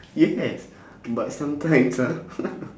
yes but sometimes ah